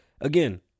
Again